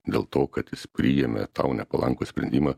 dėl to kad jis priėmė tau nepalankų sprendimą